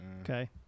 Okay